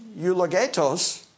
eulogetos